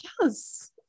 yes